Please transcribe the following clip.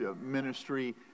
ministry